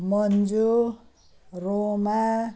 Manju Roma